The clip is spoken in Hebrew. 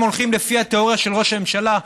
אם הולכים לפי התיאוריה של ראש הממשלה,